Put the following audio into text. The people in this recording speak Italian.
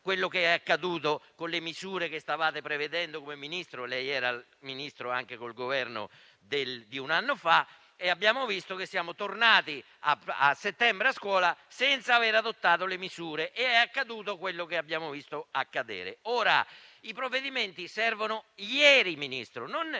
Grazie a tutti